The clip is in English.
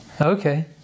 Okay